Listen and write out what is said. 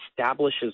establishes